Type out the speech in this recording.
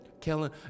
Kellen